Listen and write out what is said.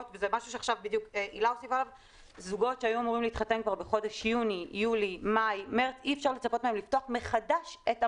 אם עכשיו זוג היה אמור להתחתן באפריל או במאי ולא עשה מאמץ לקבוע תאריך,